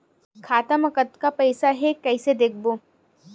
खाता मा कतका पईसा हे कइसे देखबो?